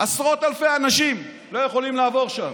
עשרות אלפי אנשים לא יכולים לעבור שם.